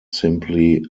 simply